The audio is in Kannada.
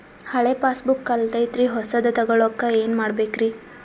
ಹಳೆ ಪಾಸ್ಬುಕ್ ಕಲ್ದೈತ್ರಿ ಹೊಸದ ತಗೊಳಕ್ ಏನ್ ಮಾಡ್ಬೇಕರಿ?